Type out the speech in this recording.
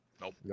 Nope